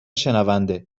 شنونده